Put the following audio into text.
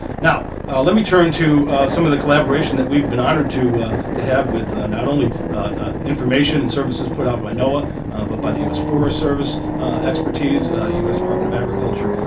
now let me turn to some of the collaboration that we've been honored to to have with not only information and services put out by noaa but by the u s. forest service expertise, u s. of agriculture,